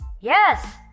Yes